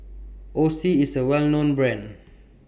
Oxy IS A Well known Brand